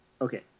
okay